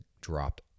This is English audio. dropped